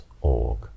org